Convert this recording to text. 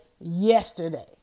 yesterday